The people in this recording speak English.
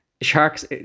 Sharks